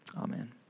Amen